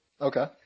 Okay